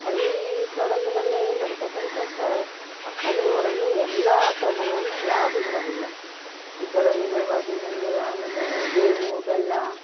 ಹಳ್ಳೀ ಸೊಗಡಿನಲ್ಲಿ ಏನು ನಡೆಯತಕ್ಕಂಥ ಸ ಹಳ್ಳಿ ಊರಲ್ಲಿ ಎಲ್ಲ ಆಚರಣೆಗಳನ್ನು ಯಾವುದು ಬಿಡೋದಿಲ್ಲ ಈ ಥರ ಏನು ಯುಗಾದಿನಲ್ಲಿ ಆಮೇಲೆ ಬೇವು ಬೆಲ್ಲ